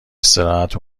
استراحت